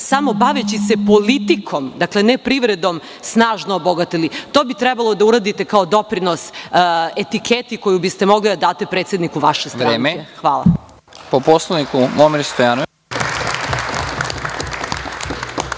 samo baveći se politikom, ne privredom, snažno obogatili i to bi trebalo da uradite kao doprinos etiketi koju biste mogli da date predsedniku vaše stranke.